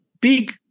big